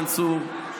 מנסור,